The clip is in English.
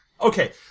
Okay